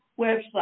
website